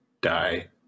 die